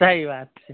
सही बात छै